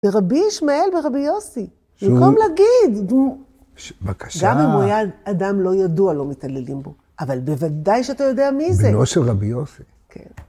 ‫ברבי ישמעאל ורבי יוסי, ‫במקום להגיד... ‫בבקשה. ‫-גם אם הוא היה אדם לא ידוע, ‫לא מתעללים בו, ‫אבל בוודאי שאתה יודע מי זה. בנו של רבי יוסי. ‫-כן.